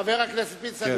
חבר הכנסת פינס, בבקשה.